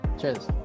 Cheers